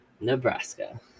Nebraska